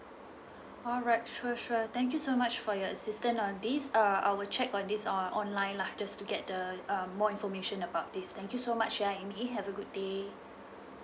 alright sure sure thank you so much for your assistant on this uh I'll check on this uh online lah just to get the um more information about this thank you so much ya amy have a good day